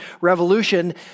revolution